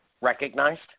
recognized